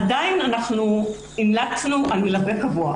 עדיין המלצנו על מלווה קבוע.